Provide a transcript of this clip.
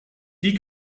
die